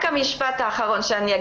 רק משפט אחרון.